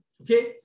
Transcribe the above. okay